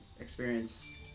experience